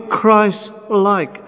Christ-like